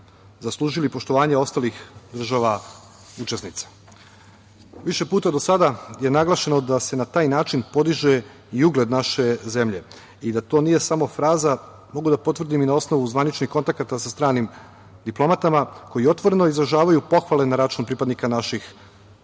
zaslužili poštovanje ostalih država učesnica. Više puta do sada je naglašeno da se na taj način podiže i ugled naše zemlje i da to nije samo fraza mogu da potvrdim i na osnovu zvaničnih kontakata sa stranim diplomatama koji otvoreno izražavaju pohvale na račun pripadnika naših snaga